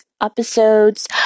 episodes